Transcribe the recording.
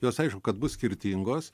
jos aišku kad bus skirtingos